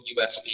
usb